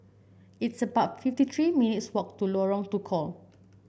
it's about fifty three minutes' walk to Lorong Tukol